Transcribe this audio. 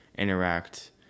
interact